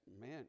man